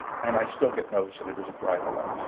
and i still get notes that it isn't bright enough.